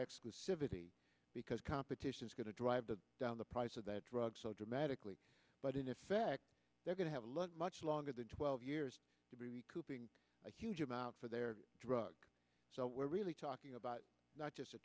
exclusivity because competition is going to drive the down the price of that drug so dramatically but in effect they're going to have a look much longer than twelve years to be cooping a huge amount for their drug so we're really talking about not just a